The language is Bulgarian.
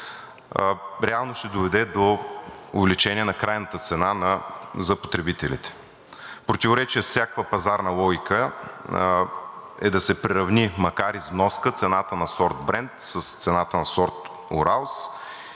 реално ще доведе до увеличение на крайната цена за потребителите. В противоречие с всякаква пазарна логика е да се приравни, макар и с вноска, цената на сорт „Брент“ с цената на сорт „Уралс“,